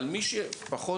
מי שכבר למד